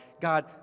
God